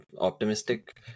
Optimistic